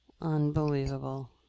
Unbelievable